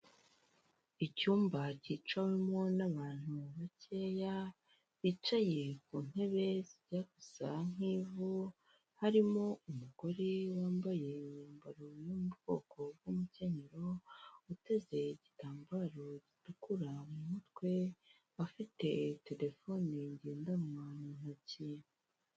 Icyumba kicawemo n'abantu bakeya, bicaye ku ntebe zijya gusa nk'ivu harimo umugore wambaye imyambaro yo mu bwoko bw'umukenyero uteze igitambaro gitukura mu mutwe afite terefone ngendanwa mu ntoki.